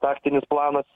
taktinis planas